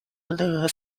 blue